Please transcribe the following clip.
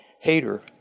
hater